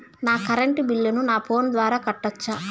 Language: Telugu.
నా కరెంటు బిల్లును నా ఫోను ద్వారా కట్టొచ్చా?